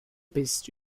bist